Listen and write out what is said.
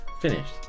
finished